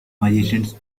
magicians